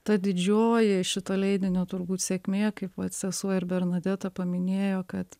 ta didžioji šito leidinio turbūt sėkmė kaip vat sesuo ir bernadeta paminėjo kad